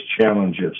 challenges